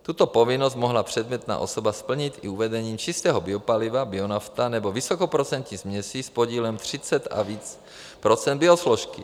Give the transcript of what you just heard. Tuto povinnost mohla předmětná osoba splnit i uvedením čistého biopaliva bionafta nebo vysokoprocentní směsi s podílem 30 a více procent biosložky.